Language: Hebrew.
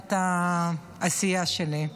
מבחינת העשייה שלי.